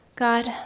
God